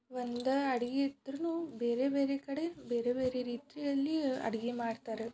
ಒಂದೇ ಅಡಿಗೆ ಇದ್ರೂ ಬೇರೆ ಬೇರೆ ಕಡೆ ಬೇರೆ ಬೇರೆ ರೀತಿಯಲ್ಲಿ ಅಡಿಗೆ ಮಾಡ್ತಾರೆ